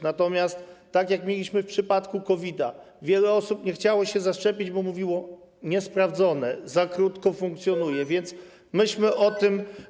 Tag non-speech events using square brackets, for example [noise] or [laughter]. Natomiast tak jak mieliśmy w przypadku COVID, wiele osób nie chciało się zaszczepić, bo mówiło: niesprawdzone, za krótko funkcjonuje, [noise] więc myśmy o tym.